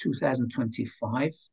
2025